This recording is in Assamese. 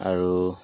আৰু